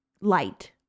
light